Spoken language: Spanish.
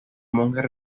monjes